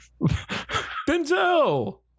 Denzel